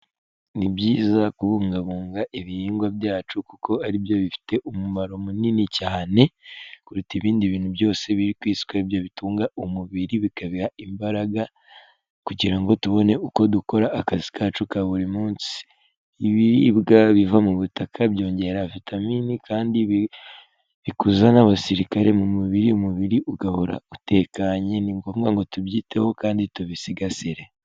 Ni byiza kubungabunga ibihingwa byacu kuko aribyo bifite umumaro munini cyane kuruta ibindi bintu byose biri ku isi kuko aribyo bitunga umubiri bikabiha imbaraga kugira ngo tubone uko dukora akazi kacu ka buri munsi. Ibiribwa biva mu butaka byongera vitaminini kandi bikuzana abasirikare mu mubiri umubiri ugahora utekanye ni ngombwa ngo tubyiteho kandi tubisigasire.